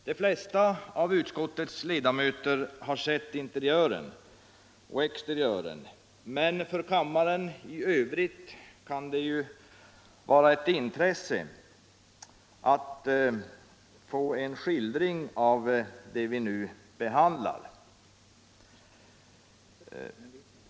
De flesta av utskottets ledamöter har sett interiören och exteriören, men för kammaren i övrigt kan det vara av intresse att få en skildring av hur det ser ut där.